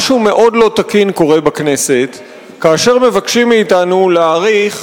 משהו מאוד לא תקין קורה בכנסת כאשר מבקשים מאתנו להאריך